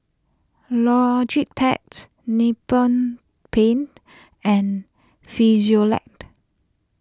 Logitech's Nippon Paint and Frisolac